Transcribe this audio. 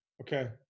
Okay